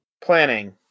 planning